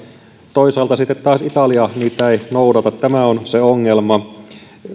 toisaalta sitten taas italia niitä ei noudata tämä on se ongelma